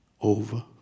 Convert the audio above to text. Over